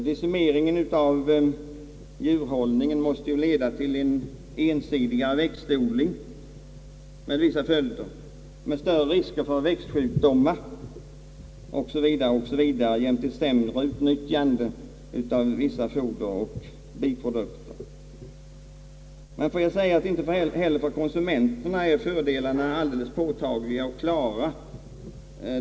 Decimeringen av djurhållningen måste leda till ensidigare växtodling med större risker för växtsjukdomar jämte ett sämre utnyttjande av vissa foder och biprodukter. Inte heller för konsumenten är emellertid fördelarna påtagliga och klara.